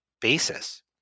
basis